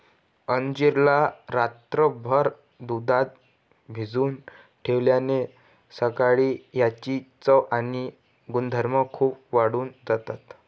अंजीर ला रात्रभर दुधात भिजवून ठेवल्याने सकाळी याची चव आणि गुणधर्म खूप वाढून जातात